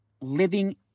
living